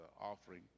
offering